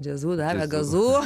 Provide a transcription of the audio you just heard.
džiazu davė gazu